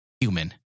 human